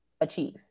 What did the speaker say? achieve